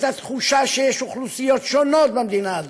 את התחושה שיש אוכלוסיות שונות במדינה הזאת,